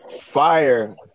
fire